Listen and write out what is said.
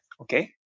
okay